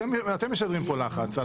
ואתם משדרים פה לחץ.